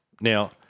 Now